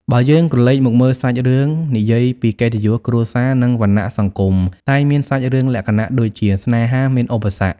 បើយើងក្រលេកមកមើល សាច់រឿង និយាយពីកិត្តិយសគ្រួសារ និងវណ្ណៈសង្គម តែងមានសាច់រឿងលក្ខណៈដូចជា ស្នេហាមានឧបសគ្គ។